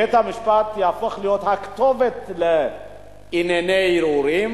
בית-המשפט יהפוך להיות הכתובת לענייני ערעורים,